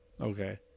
Okay